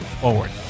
forward